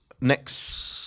next